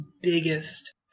biggest